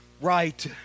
right